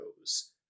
goes